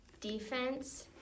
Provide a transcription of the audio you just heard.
defense